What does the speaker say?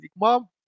Mom